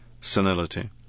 senility